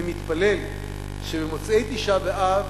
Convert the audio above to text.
אני מתפלל שבמוצאי תשעה באב,